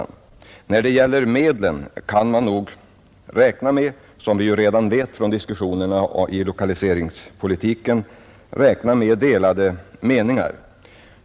När det gäller medlen kan man nog, som vi redan vet från diskussionerna om lokaliseringspolitiken, räkna med delade meningar.